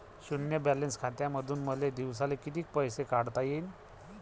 शुन्य बॅलन्स खात्यामंधून मले दिवसाले कितीक पैसे काढता येईन?